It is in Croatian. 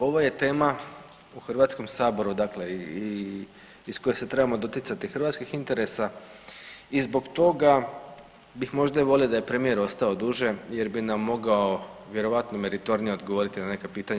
Ovo je tema u Hrvatskom saboru, dakle i iz koje se trebamo doticati hrvatskih interesa i zbog toga bih možda i volio da je premijer ostao duže jer bi nam mogao vjerojatno meritornije odgovoriti na neka pitanja.